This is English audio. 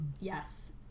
Yes